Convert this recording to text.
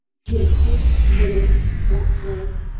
finches, linnets, blackbirds,